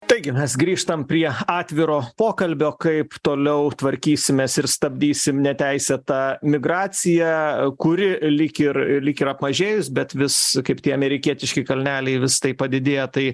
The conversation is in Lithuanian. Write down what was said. taigi mes grįžtam prie atviro pokalbio kaip toliau tvarkysimės ir stabdysim neteisėtą migraciją kuri lyg ir lyg ir apmažėjus bet vis kaip tie amerikietiški kalneliai vis tai padidėja tai